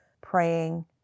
praying